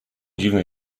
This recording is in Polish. dziwny